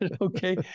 Okay